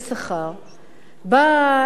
באה היום לבית-המשפט,